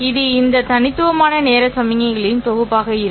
இது இந்த தனித்துவமான நேர சமிக்ஞைகளின் தொகுப்பாக இருக்கும்